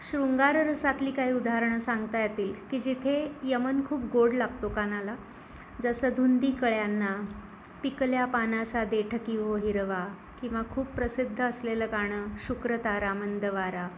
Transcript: शृंगार रसातली काही उदाहरणं सांगता येतील की जिथे यमन खूप गोड लागतो कानाला जसं धुंदी कळ्यांना पिकल्या पानाचा देठ की हो हिरवा किंवा खूप प्रसिद्ध असलेलं गाणं शुक्र तारा मंद वारा